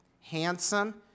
handsome